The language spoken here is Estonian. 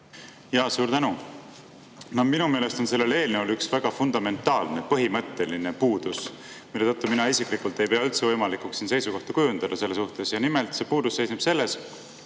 Suur tänu! Minu meelest on sellel eelnõul üks väga fundamentaalne, põhimõtteline puudus, mille tõttu mina isiklikult ei pea üldse võimalikuks siin seisukohta kujundada selle suhtes. Nimelt, see puudus seisneb selles,